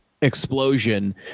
explosion